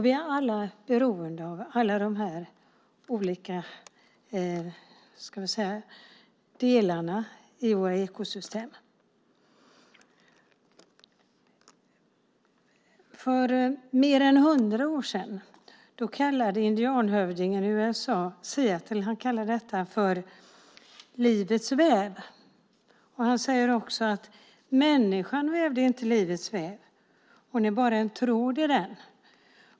Vi är alla beroende av alla dessa delar i vårt ekosystem. För mer än hundra år sedan kallade indianhövdingen Seattle i USA detta för livets väv. Han sade också: Människan vävde inte livets väv, hon är bara en tråd i den.